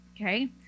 Okay